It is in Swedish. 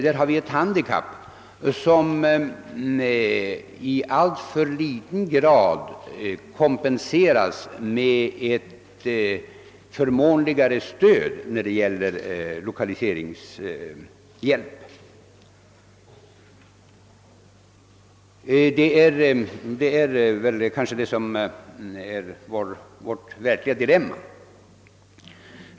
Detta vårt handikapp kompenseras i alltför ringa grad av förmånligare lokaliseringsstöd. Det är kanske detta som är det största dilemmat.